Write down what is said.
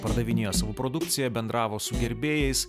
pardavinėjo savo produkciją bendravo su gerbėjais